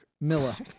Milla